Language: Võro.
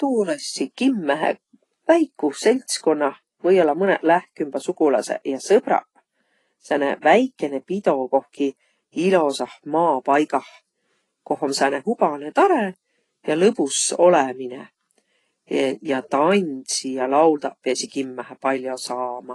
Tuu olõssiq kimmähe väikuh seltskunnah, või-ollaq mõnõq lähkümbäq sugulasõq ja sõbraq, sääne väikene pido kohki ilosah maapaigah, koh om sääne hubanõ tarõ ja lõbus olõminõ. Ja tandsiq ja lauldaq piäsiq kimmähe pall'o saama.